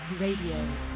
Radio